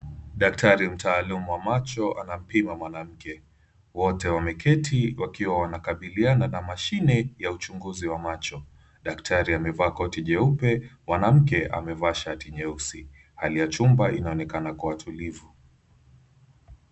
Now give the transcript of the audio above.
Daktari mtaaluma wa macho anapima mwanamke. Wote wameketi wakiwa wanakabiliana na mashine ya uchunguzi wa macho. Daktari amevaa shati nyeupe, mwanamke amevaa shati nyeusi, hali ya chumba inaonekana kuwa tulivu.